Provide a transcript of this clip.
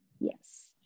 yes